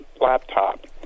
laptop